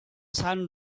sun